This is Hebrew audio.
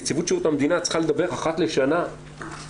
נציבות שירות המדינה צריכה לדווח אחת לשנה לממשלה